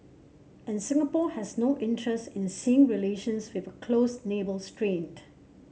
and Singapore has no interest in seeing relations with a close neighbour strained